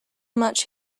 much